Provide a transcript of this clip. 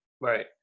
Right